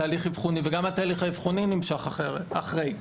זה תהליך אבחוני, וגם התהליך האבחוני נמשך אחרי.